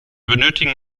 benötigen